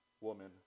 woman